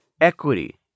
equity